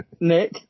Nick